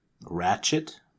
Ratchet